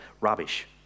rubbish